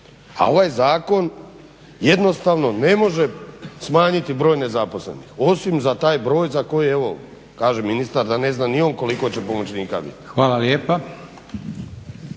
A ovaj zakon jednostavno ne može smanjiti broj nezaposlenih, osim za taj broj za koji evo kaže ministar da ne zna ni on koliko će pomoćnika biti. **Leko,